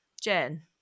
Jen